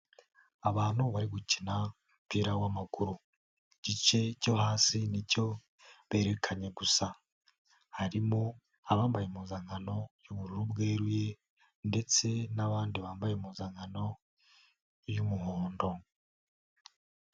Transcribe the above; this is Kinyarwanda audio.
Abantu bari gukina umupira w'amaguru igice cyo hasi nicyo berekanye gusa, harimo abambaye impuzankano y'ubururu bweruye ndetse n'abandi bambaye impuzankano y'umuhondo.